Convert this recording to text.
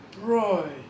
Roy